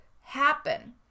happen